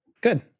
Good